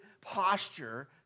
posture